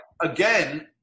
again